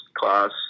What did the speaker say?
class